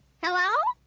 hello.